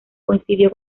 coincidió